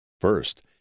First